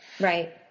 right